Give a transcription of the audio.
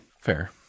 Fair